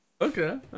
Okay